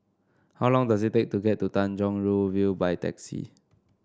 how long does it take to get to Tanjong Rhu View by taxi